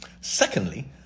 Secondly